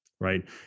right